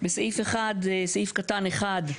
בסעיף (1), סעיף קטן (1),